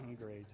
great